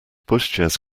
pushchairs